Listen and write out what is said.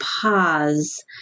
pause